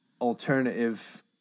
alternative